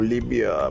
Libya